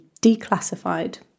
declassified